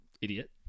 Idiot